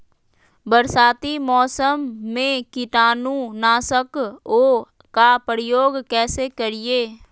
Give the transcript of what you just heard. बरसाती मौसम में कीटाणु नाशक ओं का प्रयोग कैसे करिये?